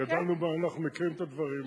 אנחנו מכירים את הדברים.